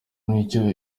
nicyo